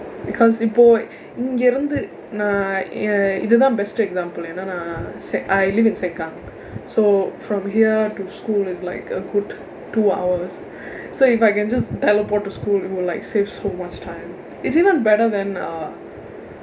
because இப்போ இங்க இருந்து நான் என் இது தான்:ippoo ingka irundthu naan en ithu thaan best example ஏனா நான்:eenaa naan seng~ I live in sengkang so from here to school is like a good two hours so if I can just teleport to school it will like save so much time is even better than a